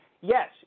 Yes